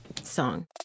song